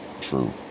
True